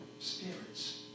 spirits